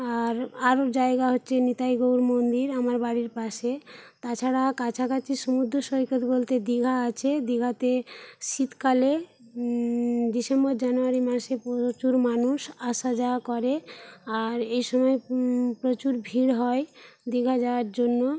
আর আরও জায়গা হচ্ছে নিতাই গৌর মন্দির আমার বাড়ির পাশে তাছাড়া কাছাকাছি সমুদ্র সৈকত বলতে দীঘা আছে দীঘাতে শীতকালে ডিসেম্বর জানুয়ারি মাসে প্রচুর মানুষ আসা যাওয়া করে আর এসময় প্রচুর ভিড় হয় দীঘা যাওয়ার জন্য